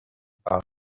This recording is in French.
par